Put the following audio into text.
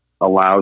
allows